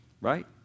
right